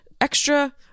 extra